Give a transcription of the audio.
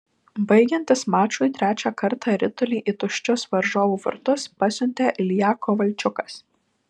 baigiantis mačui trečią kartą ritulį į tuščius varžovų vartus pasiuntė ilja kovalčiukas